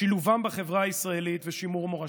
שילובם בחברה הישראלית ושימור מורשתם.